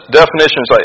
definitions